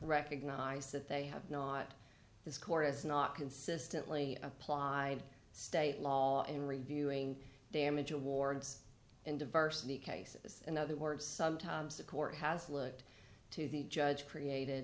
recognized that they have not this court has not consistently applied state law in reviewing damage awards and diversity cases in other words sometimes the court has looked to the judge created